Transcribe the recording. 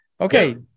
Okay